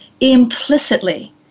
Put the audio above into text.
implicitly